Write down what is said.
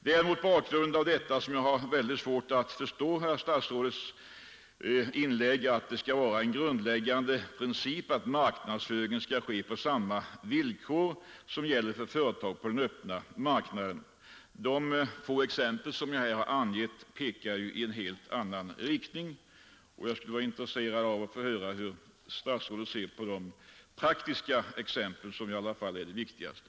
Det är mot denna bakgrund som jag har väldigt svårt att förstå statsrådets svar, när han säger: ”En grundläggande princip är härvid att marknadsföringen skall ske på samma villkor som gäller företag på den öppna arbetsmarknaden. De få exempel som jag här givit pekar ju i en helt annan riktning. Jag skulle vara intresserad av att höra hur statsrådet ser på här angivna praktiska exempel, som i alla fall är de viktigaste.